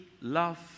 love